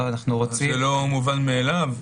זה לא מובן מאליו.